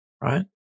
right